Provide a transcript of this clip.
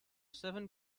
seven